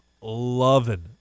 loving